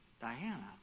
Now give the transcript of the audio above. Diana